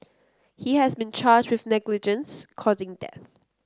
he has been charged with negligence causing death